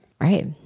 right